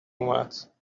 اومد